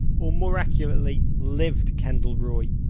or more accurately, lived kendall roy.